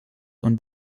und